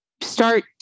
start